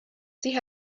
sie